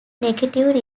negative